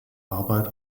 arbeit